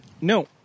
No